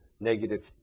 negative